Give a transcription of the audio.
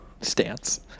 stance